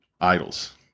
idols